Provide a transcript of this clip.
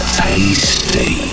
tasty